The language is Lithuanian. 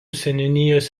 seniūnijos